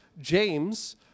James